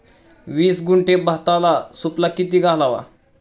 वीस गुंठे भाताला सुफला किती घालावा?